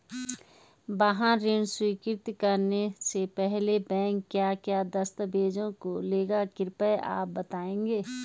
वाहन ऋण स्वीकृति करने से पहले बैंक क्या क्या दस्तावेज़ों को लेगा कृपया आप बताएँगे?